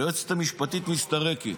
היועצת המשפטית מסתרקת.